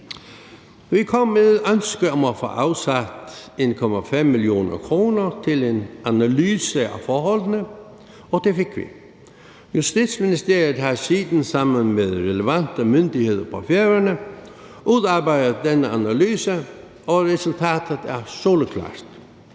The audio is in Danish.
Vi kom med et ønske om at få afsat 1,5 mio. kr. til en analyse af forholdene, og det fik vi. Justitsministeriet har siden sammen med relevante myndigheder fra Færøerne udarbejdet den analyse, og resultatet er soleklart.